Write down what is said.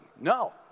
No